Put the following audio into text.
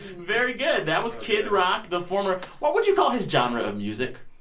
very good. that was kid rock, the former what would you call his genre of music?